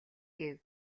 гэв